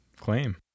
claim